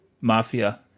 mafia